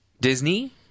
Disney